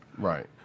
Right